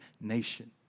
nation